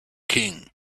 king